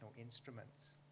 instruments